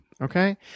Okay